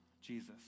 Jesus